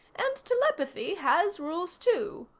and telepathy has rules, too.